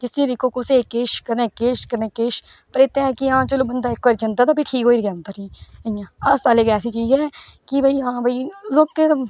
जिस्सी दिक्खो कुसै गी किश कदें किश कदें किश पर इत्त ऐ कि हां चलो बंदा इक बारी जंदा ते भी ठीक होइयै आंदा इ'यां अस्ताल इक ऐसी चीज ऐ की हां भई लोकें दा